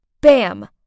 bam